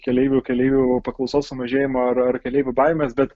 keleivių keleivių paklausos sumažėjimo ar ar keleivių baimės bet